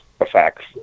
effects